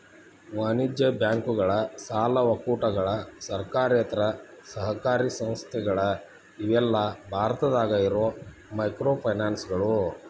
ವಾಣಿಜ್ಯ ಬ್ಯಾಂಕುಗಳ ಸಾಲ ಒಕ್ಕೂಟಗಳ ಸರ್ಕಾರೇತರ ಸಹಕಾರಿ ಸಂಸ್ಥೆಗಳ ಇವೆಲ್ಲಾ ಭಾರತದಾಗ ಇರೋ ಮೈಕ್ರೋಫೈನಾನ್ಸ್ಗಳು